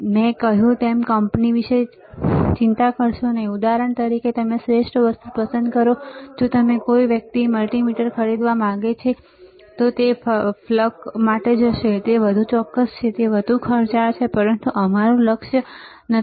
મેં કહ્યું તેમ કંપની વિશે ચિંતા કરશો નહીં ઉદાહરણ તરીકે તમે શ્રેષ્ઠ વસ્તુ પસંદ કરો જો કોઈ વ્યક્તિ મલ્ટિમીટર ખરીદવા માંગે છે તો તે ફ્લુક માટે જશે તે વધુ ચોક્કસ છે તે વધુ ખર્ચાળ છે પરંતુ અમારું અત્યારે લક્ષ્ય નથી